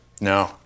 No